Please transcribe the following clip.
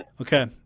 okay